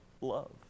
Love